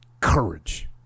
courage